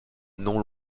non